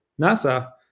NASA